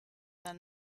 than